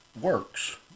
works